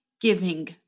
giving